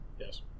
Yes